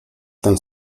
ten